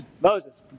Moses